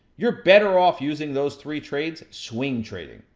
you're better off using those three trades swing trading,